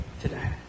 today